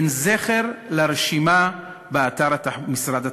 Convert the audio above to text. אין זכר לרשימה באתר משרד התחבורה.